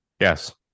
Yes